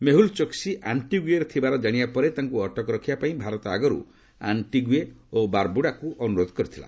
ମେହୁଲ ଚୋକ୍ସି ଆଣ୍ଟିଗୁଏରେ ଥିବାର ଜାଣିବା ପରେ ତାଙ୍କୁ ଅଟକ ରଖିବା ପାଇଁ ଭାରତ ଆଗରୁ ଆଣ୍ଟିଗୁଏ ଓ ବାର୍ବୁଡାକୁ ଅନୁରୋଧ କରିଥିଲା